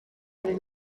del